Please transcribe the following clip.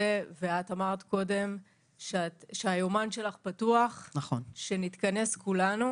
את אמרת שהיומן שלך פתוח שנתכנס כולנו,